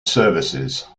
services